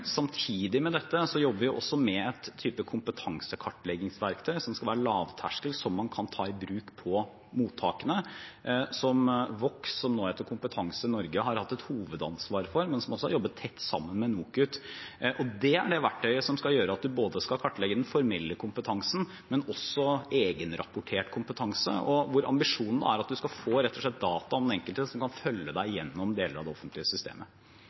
samtidig med dette jobber vi også med en type kompetansekartleggingsverktøy som skal være lavterskel, som man kan ta i bruk på mottakene, og som Vox, som nå heter Kompetanse Norge, har hatt et hovedansvar for, men man har også jobbet tett sammen med NOKUT. Det er det verktøyet som skal gjøre at vi både skal kartlegge den formelle kompetansen og egenrapportert kompetanse, og ambisjonen er at man rett og slett skal få data om den enkelte som kan følge en gjennom deler av det offentlige systemet.